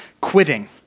quitting